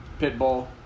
Pitbull